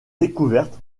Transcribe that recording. découverte